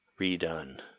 redone